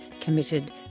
committed